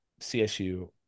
CSU